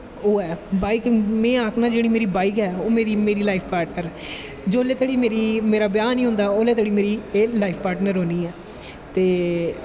ओह् ऐ में आखनां मेरी जेह्ड़ी बाईक ऐ ओह् मेरी लाईफ पार्टनर ऐ जिन्नै तोड़ी मेरा ब्याह् नी होंदा उन्नै तोड़ी एह् मेरी लाईफ पार्टनर होनीं ऐ ते